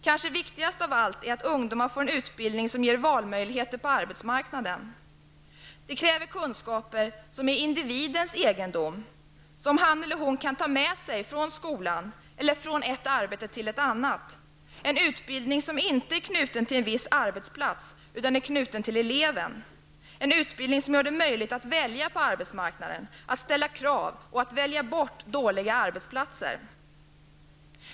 Kanske viktigast av allt är att ungdomar får en utbildning som ger valmöjligheter på arbetsmarknaden. Det kräver kunskaper som är individens egendom, som han eller hon kan ta med sig från skolan och från ett arbete till ett annat. Det gäller en utbildning som inte är knuten till en viss arbetsplats utan är knuten till eleven, en utbildning som gör det möjligt att välja på arbetsmarknaden, att ställa krav och att välja bort dåliga arbetsplatser.